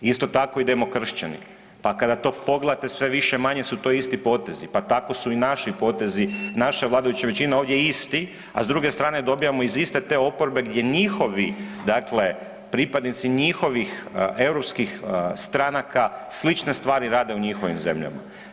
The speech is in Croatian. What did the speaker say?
Isto tako i demokršćani, pa kada to pogledate sve više-manje su to isti potezi, pa tako su i naši potezi, naša vladajuća većina ovdje isti, a s druge strane dobijamo iz iste te oporbe gdje njihovi dakle pripadnici njihovih europskih stranaka slične stvari rade u njihovim zemljama.